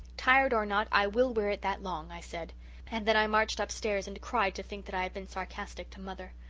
tired or not, i will wear it that long i said and then i marched upstairs and cried to think that i had been sarcastic to mother.